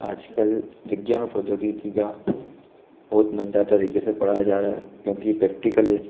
आजकल विज्ञान और प्रौद्योगिकी का बहुत मजेदार तरीके से पढ़ाया जा रहा है क्योंकि प्रैक्टिकल है